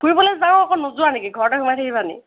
ফুৰিবলৈ যাওঁ আকৌ নোযোৱা নেকি ঘৰতে সোমাই থাকিবা নেকি